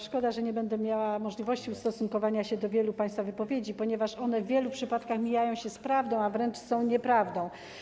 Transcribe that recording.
Szkoda, że nie będę miała możliwości ustosunkowania się do wielu państwa wypowiedzi, ponieważ one w wielu przypadkach mijają się z prawdą, a wręcz są nieprawdą.